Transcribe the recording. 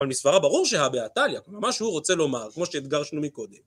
אבל מסברא ברור שהא בהא תליא, מה שהוא רוצה לומר, כמו שהדגשנו מקודם.